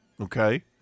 okay